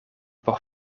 por